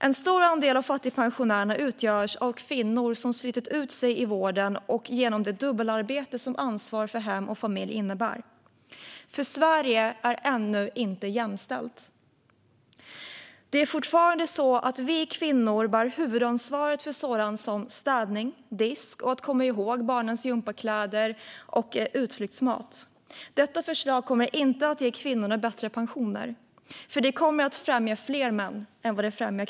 En stor andel av fattigpensionärerna utgörs av kvinnor som slitit ut sig i vården och genom det dubbelarbete som ansvar för hem och barn innebär. Sverige är ännu inte jämställt. Det är fortfarande så att vi kvinnor bär huvudansvaret för sådant som städning, disk och att komma ihåg barnens gympakläder och utflyktsmat. Detta förslag kommer inte att ge kvinnorna bättre pensioner, för det kommer att främja fler män än kvinnor.